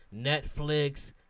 Netflix